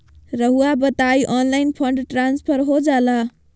रहुआ बताइए online fund transfer हो जाला?